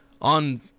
on